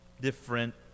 different